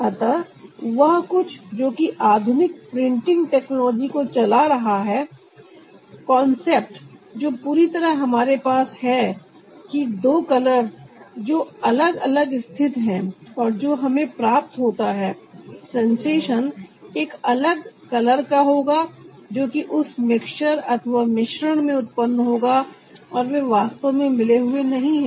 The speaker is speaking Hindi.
अतः वह कुछ जो कि आधुनिक प्रिंटिंग टेक्नोलॉजी को चला रहा है कॉन्सेप्ट जो पूरी तरह हमारे पास है कि दो कलर्स जो अलग अलग स्थित हैं और जो हमें प्राप्त होता है सेंसेशन एक अलग कलर का होगा जो कि उस मिक्सचर अथवा मिश्रण में उत्पन्न होगा और वे वास्तव में मिले हुए नहीं है